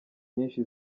nyinshi